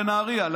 לנהריה.